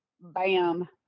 Bam